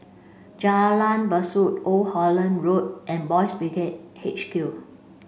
Jalan Besut Old Holland Road and Boys Brigade H Q